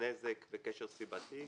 נזק, וקשר סיבתי.